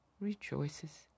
rejoices